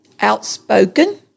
outspoken